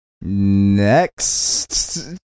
next